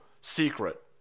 Secret